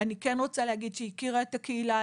אני כן רוצה להגיד שהיא הכירה את הקהילה,